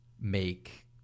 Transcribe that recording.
make